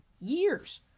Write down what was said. years